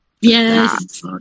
Yes